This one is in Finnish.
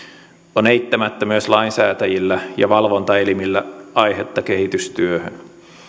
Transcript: on eittämättä myös lainsäätäjillä ja valvontaelimillä aihetta kehitystyöhön